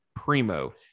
Primo